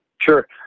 sure